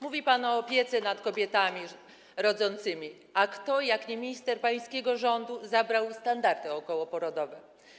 Mówi pan o opiece nad kobietami rodzącymi, a kto, jak nie minister pańskiego rządu, zabrał standardy okołoporodowe?